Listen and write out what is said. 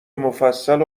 مفصل